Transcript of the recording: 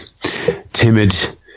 timid